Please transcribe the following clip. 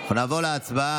אנחנו נעבור להצבעה.